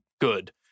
good